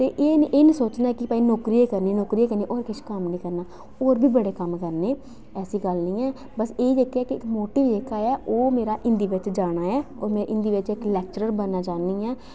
एह् एह् निं एह् निं सोचना कि में नौकरी गै करनी नौकरी गै करनी होर किश कम्म निं करना होर बी बड़े कम्म करने 'ई ऐसी गल्ल निं है बस एह् जेह्का ऐ कि इक मोटिव जेह्का ऐ ओह् मेरा हिंदी बिच जाना ऐ और में हिंदी बिच इक लैक्चरर बनना चाह्न्नी आं